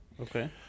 Okay